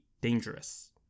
dangerous